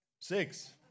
Six